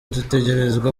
dutegerezwa